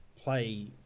play